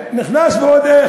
נכנס ועוד איך.